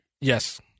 Yes